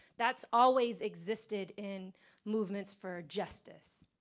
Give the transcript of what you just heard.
that's always existed in movements for justice.